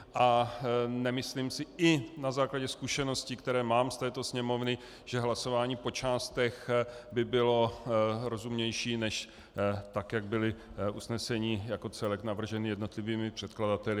A nemyslím si, i na základě zkušeností, které mám z této sněmovny, že hlasování po částech by bylo rozumnější než tak, jak byla usnesení jako celek navržena jednotlivými předkladateli.